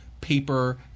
paper